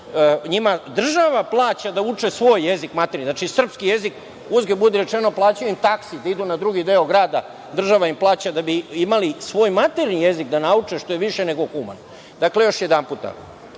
im država plaća da uče svoj maternji jezik, znači srpski jezik. Uzgred budi rečeno, plaćaju im taksi da idu na drugi deo grada, država im plaća da bi imali svoj maternji jezik da nauče, što je više nego humano. Dakle, još jedanputa,